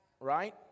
Right